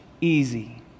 easy